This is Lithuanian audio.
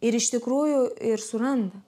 ir iš tikrųjų ir suranda